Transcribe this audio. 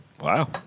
Wow